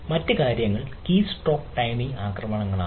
മറ്റ് കാര്യങ്ങൾ keystroke timing ആക്രമണങ്ങളാണ്